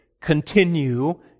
continue